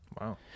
Wow